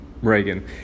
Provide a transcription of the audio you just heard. Reagan